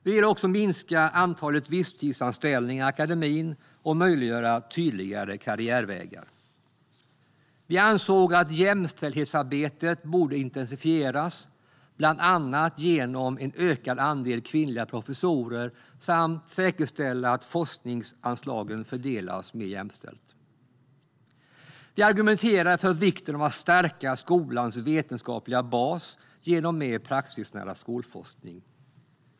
Vi ville minska antalet visstidsanställningar i akademin och möjliggöra tydligare karriärvägar. Vi ansåg att jämställdhetsarbetet borde intensifieras, bland annat genom en ökad andel kvinnliga professorer, samt säkerställa att forskningsanslagen fördelas mer jämställt. Vi argumenterade för vikten av att stärka skolans vetenskapliga bas genom mer praxisnära skolforskning.